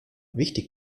wichtig